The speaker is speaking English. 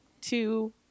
two